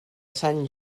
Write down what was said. sant